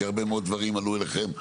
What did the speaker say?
כי הרבה מאוד דברים עלו אליכם,